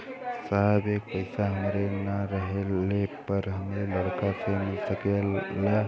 साहब ए पैसा हमरे ना रहले पर हमरे लड़का के मिल सकेला का?